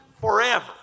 forever